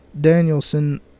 Danielson